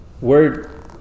Word